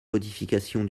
modification